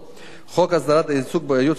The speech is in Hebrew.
חוק הסדרת העיסוק בייעוץ השקעות,